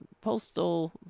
postal